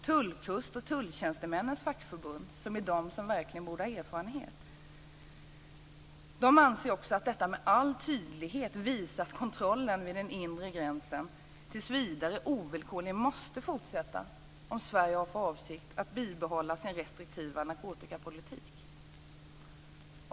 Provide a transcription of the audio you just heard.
TULL-KUST, tulltjänstemännens fackförbund, som verkligen borde ha erfarenhet, anser också att detta med all tydlighet visar att kontrollen vid den inre gränsen tills vidare ovillkorligen måste fortsätta om Sverige har för avsikt att bibehålla sin restriktiva narkotikapolitik.